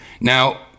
Now